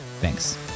Thanks